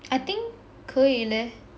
I think 可以 leh